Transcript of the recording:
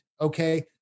okay